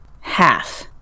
half